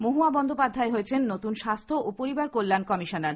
মহুয়া বন্দ্যোপাধ্যায় হয়েছেন নতুন স্বাস্থ্য ও পরিবার কল্যাণ দপ্তরের কমিশনার